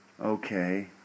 Okay